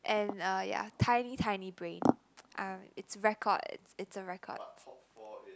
and uh yeah tiny tiny brain uh it's record it's a record